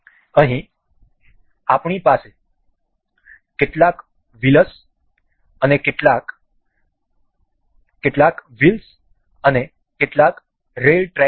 અહીં આપણી પાસે કેટલાક વિલસ અને કેટલાક રેલ્ ટ્રેક છે